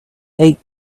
eight